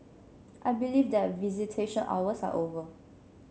I believe that visitation hours are over